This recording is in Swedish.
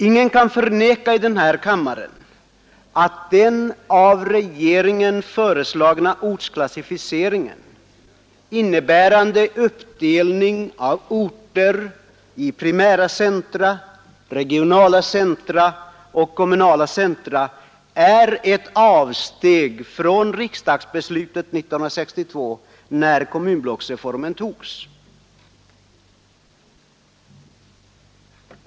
Ingen kan förneka i den här kammaren att den av regeringen föreslagna ortsklassificeringen innebärande uppdelning av orter i primära centra, regionala centra och kommunala centra är ett avsteg från riksdagsbeslutet 1962 när kommunblocksreformen togs.